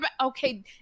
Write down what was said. Okay